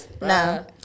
no